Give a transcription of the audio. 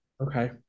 Okay